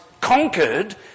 conquered